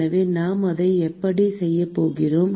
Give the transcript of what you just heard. எனவே நாம் அதை எப்படி செய்யப் போகிறோம்